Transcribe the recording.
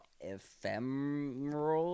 ephemeral